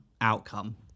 outcome